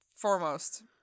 Foremost